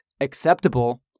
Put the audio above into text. acceptable